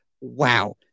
wow